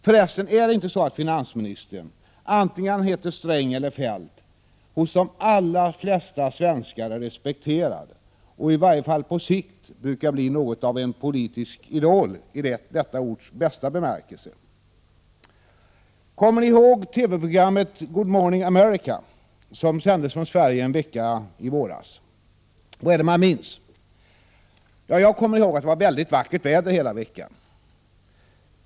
För resten, är det inte så att finansministern, vare sig han heter Sträng eller Feldt, hos de allra flesta svenskar är respekterad och, i varje fall på sikt, brukar bli något av en politisk idol i detta ords bästa bemärkelse? Kommer ni ihåg TV-programmet Good Morning America som sändes från Sverige en vecka i våras? Vad är det man minns? Ja, jag kommer ihåg att det var mycket vackert väder hela veckan.